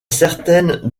certaines